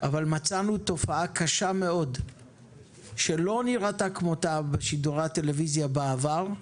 אבל מצאנו תופעה קשה מאוד שלא נראתה כמותה בשידורי הטלוויזיה בעבר,